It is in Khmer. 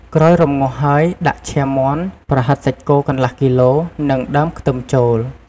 ក្រោយរំងាស់ហើយដាក់ឈាមមាន់ ប្រហិតសាច់គោកន្លះគីឡូ និងដើមខ្ទឹមចូល។